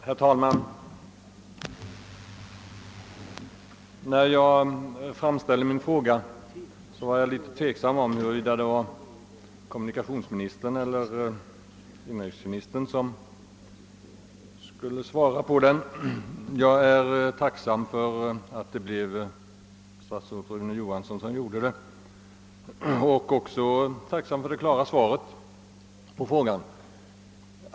Herr talman! När jag framställde min fråga var jag osäker huruvida den skul le besvaras av kommunikationsministern eller av inrikesministern. Jag är tacksam för att det blev statsrådet Rune Johansson som gjorde det, liksom också för det klara svar jag fått på frågan.